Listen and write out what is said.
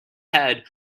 head